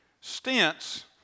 stints